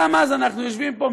גם אז אנחנו יושבים פה,